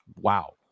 wow